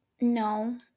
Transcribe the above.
No